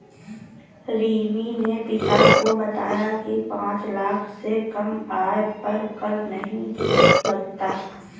रिमी ने पिता को बताया की पांच लाख से कम आय पर कर नहीं लगता